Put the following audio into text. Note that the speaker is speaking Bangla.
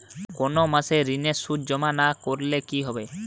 কোনো মাসে ঋণের সুদ জমা না করলে কি হবে?